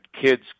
kids